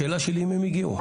השאלה שלי היא: האם הם הגיעו?